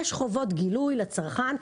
יש חובות גילוי לצרכן,